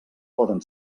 poden